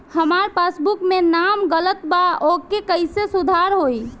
हमार पासबुक मे नाम गलत बा ओके कैसे सुधार होई?